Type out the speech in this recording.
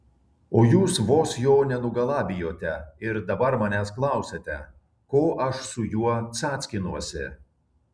o jūs vos jo nenugalabijote ir dabar manęs klausiate ko aš su juo cackinuosi